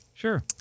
Sure